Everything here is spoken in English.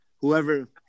Whoever